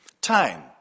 Time